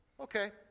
Okay